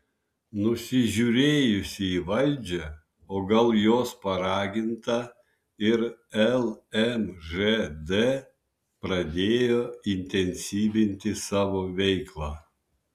nusižiūrėjusi į valdžią o gal jos paraginta ir lmžd pradėjo intensyvinti savo veiklą